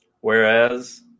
Whereas